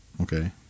Okay